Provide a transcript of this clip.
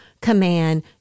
command